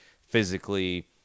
physically